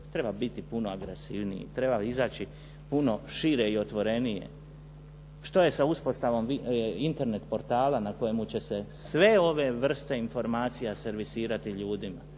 Treba biti puno agresivniji, treba izaći puno šire i otvorenije. Što je sa uspostavom Internet portala na kojemu će se sve ove vrste informacija servisirati ljudima.